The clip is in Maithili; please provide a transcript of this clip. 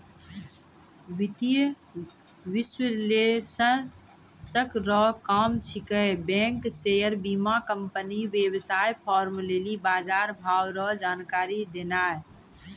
वित्तीय विश्लेषक रो काम छिकै बैंक शेयर बीमाकम्पनी वेवसाय फार्म लेली बजारभाव रो जानकारी देनाय